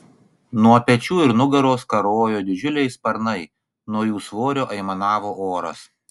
nuo pečių ir nugaros karojo didžiuliai sparnai nuo jų svorio aimanavo oras